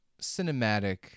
cinematic